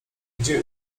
gdzie